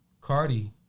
Cardi